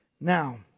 Now